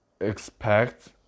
expect